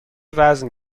وزن